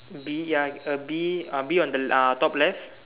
bee ya uh bee uh bee on the uh top left